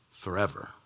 Forever